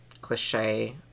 cliche